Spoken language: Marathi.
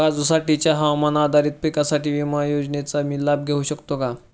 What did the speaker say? काजूसाठीच्या हवामान आधारित फळपीक विमा योजनेचा मी लाभ घेऊ शकतो का?